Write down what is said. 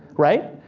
right?